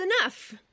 enough